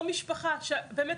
אמרתי זהו,